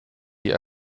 die